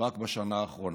רק בשנה האחרונה.